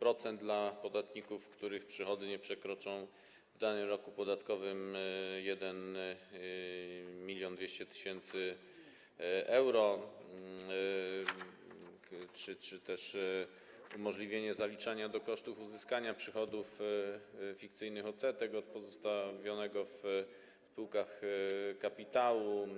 9% dla podatników, których przychody nie przekroczą w danym roku podatkowym 1200 tys. euro, jest też umożliwienie zaliczania do kosztów uzyskania przychodów fikcyjnych odsetek od pozostawionego w spółkach kapitału.